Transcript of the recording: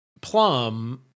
Plum